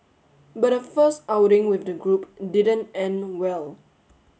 but her first outing with the group didn't end well